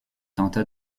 tenta